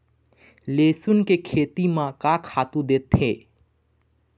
लेसुन के खेती म का खातू देथे?